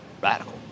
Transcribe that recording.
radical